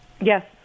Yes